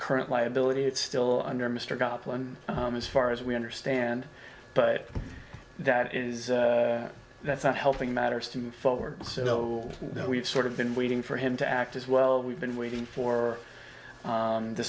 current liability it's still under mr copland as far as we understand but that is that's not helping matters to move forward so we've sort of been waiting for him to act as well we've been waiting for